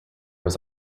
was